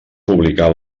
publicar